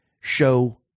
show